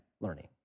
learning